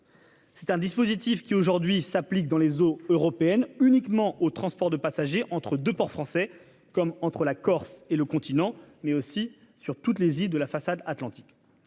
Ce dispositif s'applique aujourd'hui dans les eaux européennes uniquement au transport de passagers entre deux ports français, comme entre la Corse et le Continent, mais aussi sur toutes les îles de la façade Atlantique.